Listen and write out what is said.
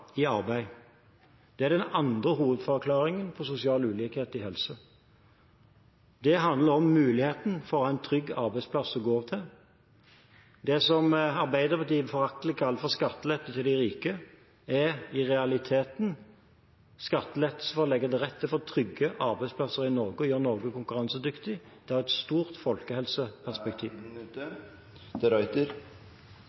i arbeid. Det er den andre hovedforklaringen på sosial ulikhet i helse. Det handler om muligheten for å ha en trygg arbeidsplass å gå til. Det som Arbeiderpartiet foraktelig kaller for skattelettelse til de rike, er i realiteten skattelettelse for å legge til rette for trygge arbeidsplasser i Norge og å gjøre Norge konkurransedyktig. Det har et stort folkehelseperspektiv.